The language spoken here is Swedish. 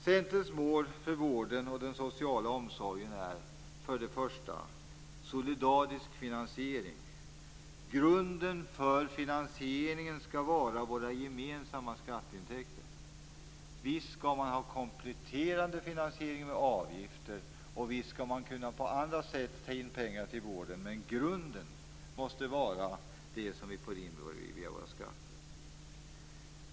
Centerns mål för vården och den sociala omsorgen är solidarisk finansiering. Grunden för finansieringen skall vara våra gemensamma skatteintäkter. Visst skall man ha kompletterande finansiering via avgifter, och visst skall man kunna på annat sätt ta in pengar till vården, men grunden måste vara det som man får in via skatter.